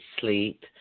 sleep